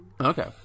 Okay